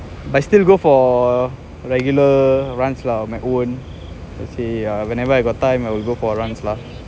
but I still go for regular runs lah my own let's say uh whenever I got time I will go for runs lah